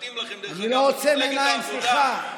אני לא עוצם עיניים, סליחה.